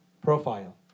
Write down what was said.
profile